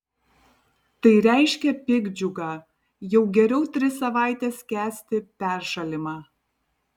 tai reiškia piktdžiugą jau geriau tris savaites kęsti peršalimą